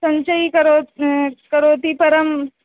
सञ्चयीकरो करोति परम्